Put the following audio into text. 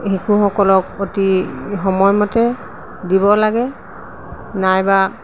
শিশুসকলক অতি সময়মতে দিব লাগে নাইবা